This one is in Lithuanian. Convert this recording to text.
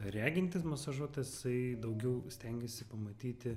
regintis masažuotojas jisai daugiau stengiasi pamatyti